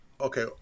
Okay